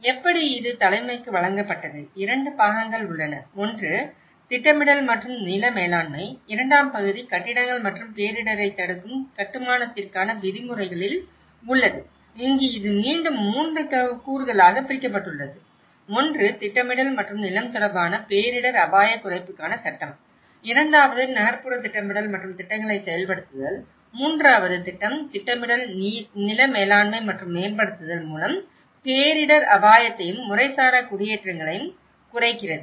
எப்படி இது தலைமைக்கு வழங்கப்பட்டது 2 பாகங்கள் உள்ளன ஒன்று திட்டமிடல் மற்றும் நில மேலாண்மை இரண்டாம் பகுதி கட்டிடங்கள் மற்றும் பேரிடரைத் தடுக்கும் கட்டுமானத்திற்கான விதிமுறைகளில் உள்ளது இங்கு இது மீண்டும் 3 கூறுகளாகப் பிரிக்கப்பட்டுள்ளது ஒன்று திட்டமிடல் மற்றும் நிலம் தொடர்பான பேரிடர் அபாயக் குறைப்புக்கான சட்டம் இரண்டாவதாக நகர்ப்புற திட்டமிடல் மற்றும் திட்டங்களை செயல்படுத்துதல் மூன்றாவது திட்டம் திட்டமிடல் நில மேலாண்மை மற்றும் மேம்படுத்தல் மூலம் பேரிடர் அபாயத்தையும் முறைசாரா குடியேற்றங்களையும் குறைக்கிறது